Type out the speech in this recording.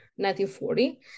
1940